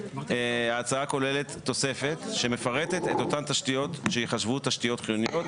ההצעה כוללת תוספת שמפרטת את אותן תשתיות שייחשבו תשתיות חיוניות,